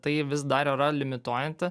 tai vis dar yra limituojanti